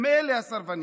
הם הסרבנים.